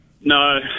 No